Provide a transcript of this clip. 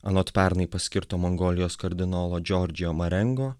anot pernai paskirto mongolijos kardinolo džordžo marengo